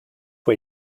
way